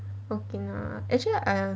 okinawa actually I